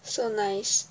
so nice